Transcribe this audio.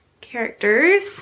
characters